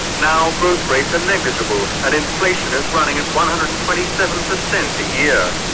now growth rates are negligible and inflation is running at one hundred and twenty seven percent a year.